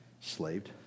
slaved